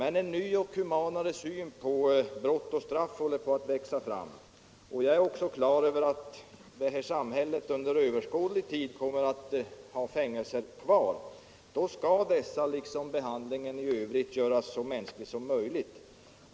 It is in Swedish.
En ny och humanare syn på brott och straff håller på att växa fram, men jag är klar över att det här samhället under överskådlig tid kommer att ha fängelser kvar, och då skall dessa liksom behandlingen där göras så mänskliga som möjligt.